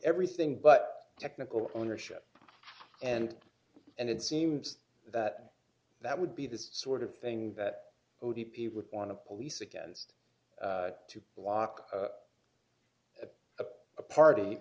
everything but technical ownership and and it seems that that would be the sort of thing that he would want to police against to block a party